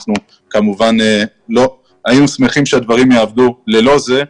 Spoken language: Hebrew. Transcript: אנחנו כמובן היינו שמחים שהדברים יעבדו ללא זה,